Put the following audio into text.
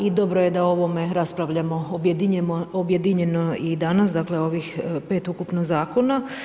I dobro je da o ovome raspravljamo objedinjeno i danas, dakle, ovih 5 ukupnih zakona.